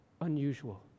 Unusual